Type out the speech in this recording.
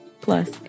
plus